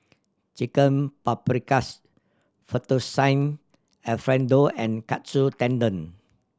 Chicken Paprikas Fettuccine Alfredo and Katsu Tendon